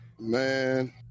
Man